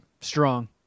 strong